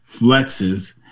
flexes